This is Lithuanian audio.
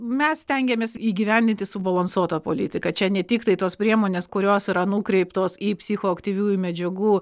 mes stengiamės įgyvendinti subalansuotą politiką čia ne tiktai tos priemonės kurios yra nukreiptos į psichoaktyviųjų medžiagų